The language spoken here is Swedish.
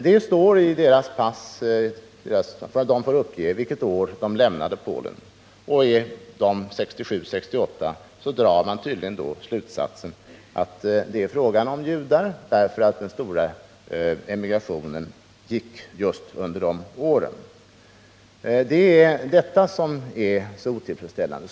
De får uppge vilket år de lämnade Polen, och gjorde de det åren 1967-1968 drar man tydligen slutsatsen att det är fråga om judar. Den stora emigrationen pågick under just de åren. Det är detta som är så otillfredsställande.